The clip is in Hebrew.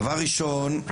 דבר ראשון,